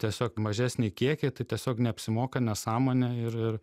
tiesiog mažesnį kiekį tai tiesiog neapsimoka nesąmonė ir ir